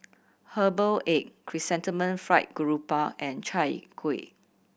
herbal egg Chrysanthemum Fried Grouper and Chai Kuih